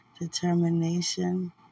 determination